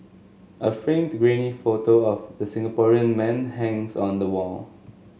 a framed grainy photo of the Singaporean man hangs on the wall